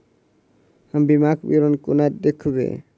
हम बीमाक विवरण कोना देखबै?